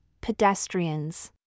Pedestrians